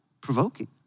provoking